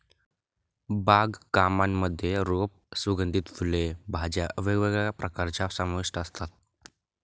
बाग कामांमध्ये रोप, सुगंधित फुले, भाज्या वेगवेगळ्या प्रकारच्या समाविष्ट असतात